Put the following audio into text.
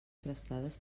prestades